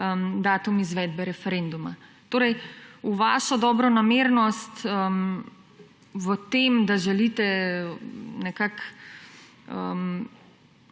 datum izvedbe referenduma. Torej, v vašo dobronamernost, v tem, da želite nekako